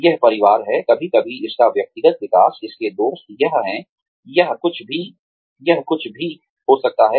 यह परिवार है कभी कभी इसका व्यक्तिगत विकास इसके दोस्त यह है यह कुछ भी हो सकता है